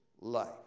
life